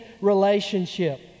relationship